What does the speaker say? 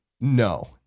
no